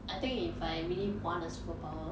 I think if I really want a superpower